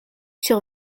sur